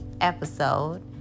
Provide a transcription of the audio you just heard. episode